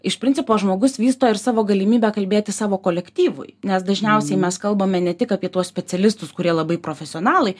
iš principo žmogus vysto ir savo galimybę kalbėti savo kolektyvui nes dažniausiai mes kalbame ne tik apie tuos specialistus kurie labai profesionalai